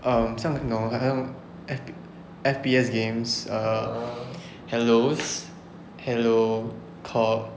um 像你懂好像 F_P~ F_P_S games err halos halo call